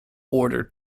order